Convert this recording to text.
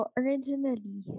originally